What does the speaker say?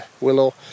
willow